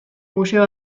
museo